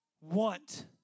want